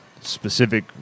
specific